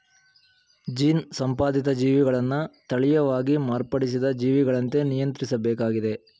gene ಸಂಪಾದಿತ ಜೀವಿಗಳನ್ನ ತಳೀಯವಾಗಿ ಮಾರ್ಪಡಿಸಿದ ಜೀವಿಗಳಂತೆ ನಿಯಂತ್ರಿಸ್ಬೇಕಾಗಿದೆ